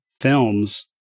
films